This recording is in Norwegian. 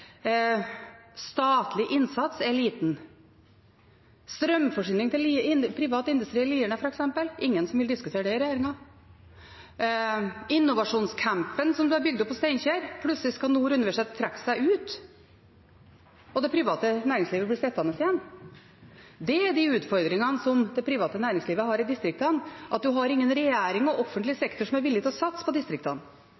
statlig innsats er liten. Strømforsyning til privat industri i Lierne, f.eks., er det ingen i regjeringen som vil diskutere. Innovasjonscampen som de har bygd opp på Steinkjer, skal plutselig Nord universitet trekke seg ut av, og det private næringslivet blir sittende igjen. Det er de utfordringene som det private næringslivet har i distriktene: at man har ingen regjering